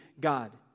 God